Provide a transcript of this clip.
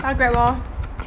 搭 grab lor